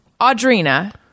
Audrina